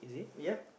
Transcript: yup